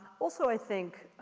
also, i think,